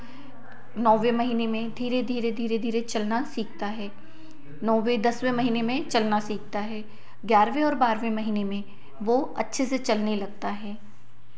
नौंवे महीने में धीरे धीरे धीरे धीरे चलना सीखता है नौंवे दसवें महीने में चलना सीखता है ग्यारहवे और बारहवे महीने में वह अच्छे से चलने लगता है